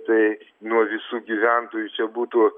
tai nuo visų gyventojų čia būtų